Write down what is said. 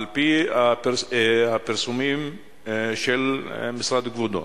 על-פי הפרסומים של משרד כבודו,